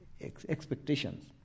expectations